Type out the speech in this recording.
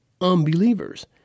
unbelievers